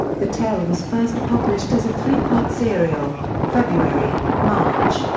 the tale was first published as a three-part serial, february, march,